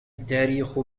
التاريخ